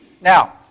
Now